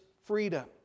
freedom